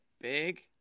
big